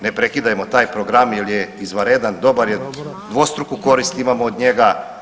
Ne prekidajmo taj program jer je izvanredan, dobar je, dvostruku korist imamo od njega.